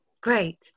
Great